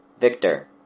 victor